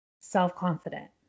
self-confident